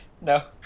No